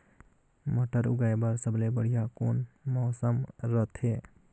मटर उगाय बर सबले बढ़िया कौन मौसम रथे?